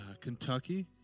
Kentucky